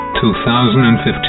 2015